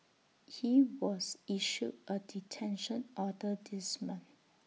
he was issued A detention order this month